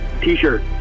T-shirt